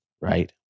right